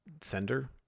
sender